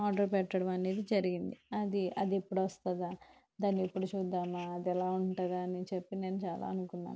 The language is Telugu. ఆర్డర్ పెట్టడం అనేది జరిగింది అది అదెప్పుడు వస్తుందా దాన్ని ఎప్పుడు చూద్దామా అది ఎలా ఉంటుందా అని చెప్పి నేను చాలా అనుకున్నాను